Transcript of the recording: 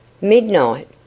Midnight